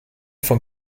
von